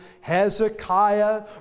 Hezekiah